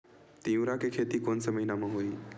तीवरा के खेती कोन से महिना म होही?